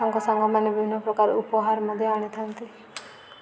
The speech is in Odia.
ତାଙ୍କ ସାଙ୍ଗମାନେ ବିଭିନ୍ନ ପ୍ରକାର ଉପହାର ମଧ୍ୟ ଆଣିଥାନ୍ତି